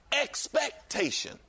expectation